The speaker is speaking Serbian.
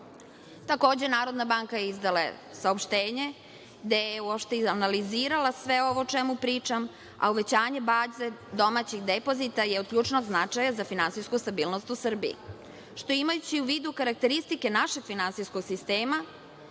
takođe, Narodna banka je izdala saopštenje gde je analizirala sve ovo o čemu pričam, a uvećanje baze domaćih depozita je od ključnog značaja za finansijsku stabilnost u Srbiji što, imajući u vidu karakteristike našeg finansijskog sistema,